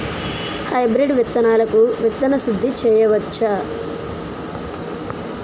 Hybrid విత్తనాలకు విత్తన శుద్ది చేయవచ్చ?